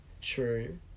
true